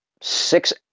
six